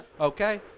Okay